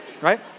right